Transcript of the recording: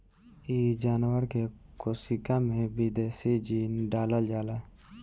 इ जानवर के कोशिका में विदेशी जीन डालल जाला